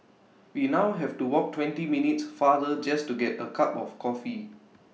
we now have to walk twenty minutes farther just to get A cup of coffee